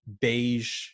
beige